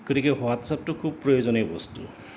গতিকে হোৱাটছআপটো খুব প্ৰয়োজনীয় বস্তু